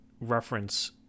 reference